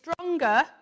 stronger